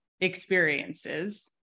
experiences